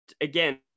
again